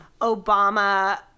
Obama